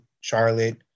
Charlotte